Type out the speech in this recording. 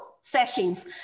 sessions